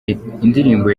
indirimbo